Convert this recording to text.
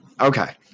okay